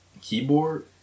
keyboard